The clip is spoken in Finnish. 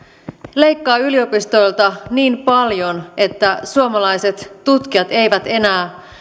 leikkaa yliopistoilta niin paljon että suomalaiset tutkijat eivät enää